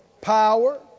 power